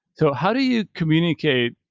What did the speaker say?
so, how do you communicate?